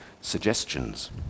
suggestions